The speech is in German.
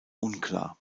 unklar